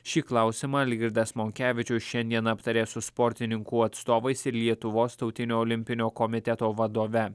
šį klausimą algirdas monkevičius šiandien aptarė su sportininkų atstovais ir lietuvos tautinio olimpinio komiteto vadove